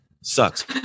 sucks